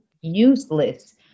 useless